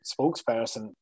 spokesperson